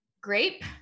Grape